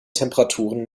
temperaturen